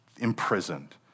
imprisoned